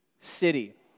city